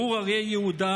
גור אריה יהודה,